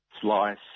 slice